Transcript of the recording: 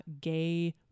gay